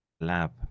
lab